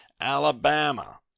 Alabama